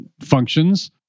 functions